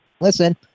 listen